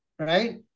Right